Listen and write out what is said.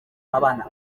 w’abana